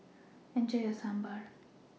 Enjoy your Sambar